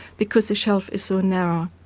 because the shelf is so narrow.